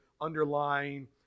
underlying